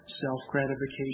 self-gratification